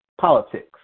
politics